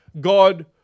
God